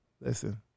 listen